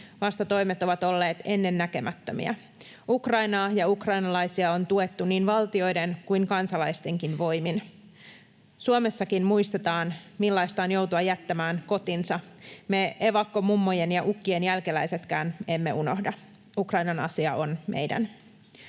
Vastatoimet ovat olleet ennennäkemättömiä. Ukrainaa ja ukrainalaisia on tuettu niin valtioiden kuin kansalaistenkin voimin. Suomessakin muistetaan, millaista on joutua jättämään kotinsa. Me evakkomummojen ja ‑ukkien jälkeläisetkään emme unohda. Ukrainan asia on meidän.